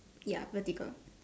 ya vertical